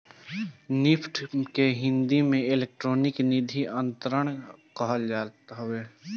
NEFT के हिंदी में electronic निधि अंतरण कहल जात हवे